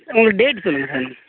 உங்கள் டேட்டு சொல்லுங்க சார்